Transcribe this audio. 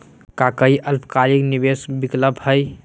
का काई अल्पकालिक निवेस विकल्प हई?